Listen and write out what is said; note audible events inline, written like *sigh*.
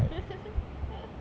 *laughs*